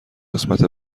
قسمت